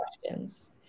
questions